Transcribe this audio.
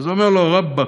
אז הוא אומר לו: רבאק,